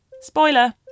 Spoiler